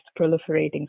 proliferating